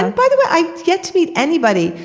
and by the way, i've yet to meet anybody.